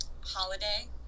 holiday